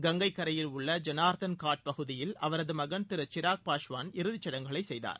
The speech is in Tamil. கங்கை கரையில் உள்ள ஜனார்தன்காட் பகுதியில் அவரது மகன் திரு சிராக் பாஸ்வான் இறுதிச்சடங்குகளை செய்தார்